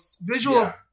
visual